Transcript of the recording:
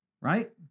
Right